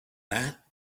that